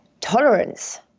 tolerance